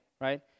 Right